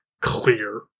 clear